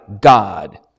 God